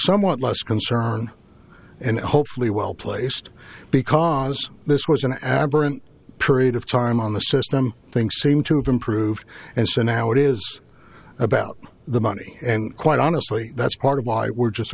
somewhat less concern and hopefully well placed because this was an aberrant period of time on the system things seem to have improved and so now it is about the money and quite honestly that's part of why we're just